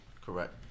Correct